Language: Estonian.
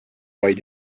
vaid